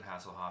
Hasselhoff